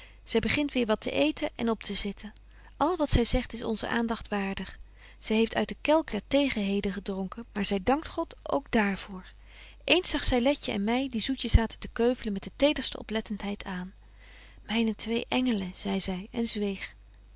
zy begint weer wat te eeten en op te zitten al wat zy zegt is onzen aandagt waardig zy heeft uit den kelk der tegenheden gedronken maar zy dankt god ook daar voor eens zag zy letje en my die zoetjes zaten te keuvelen met de tederste oplettentheid aan myne twee engelen zei zy en zweeg